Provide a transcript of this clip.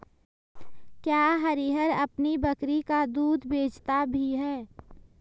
क्या हरिहर अपनी बकरी का दूध बेचता भी है?